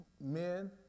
men